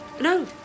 No